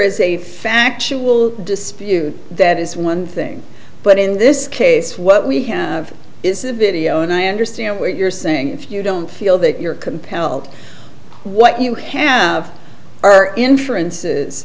is a factual dispute that is one thing but in this case what we have is a video and i understand what you're saying if you don't feel that you're compelled what you have are inferences